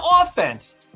offense